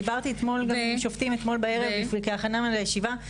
דיברתי עם שופטים אתמול בערב כהכנה לישיבה,